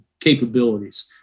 capabilities